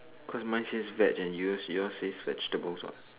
cause mine says veg and yours yours say vegetables what